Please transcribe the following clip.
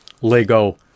Lego